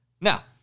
Now